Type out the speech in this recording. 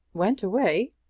went away!